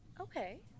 Okay